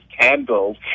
candles